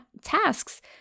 tasks